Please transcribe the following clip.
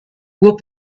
will